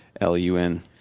L-U-N